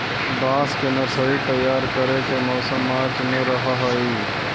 बांस के नर्सरी तैयार करे के मौसम मार्च में रहऽ हई